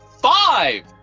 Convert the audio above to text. five